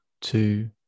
two